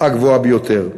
הגבוהה ביותר.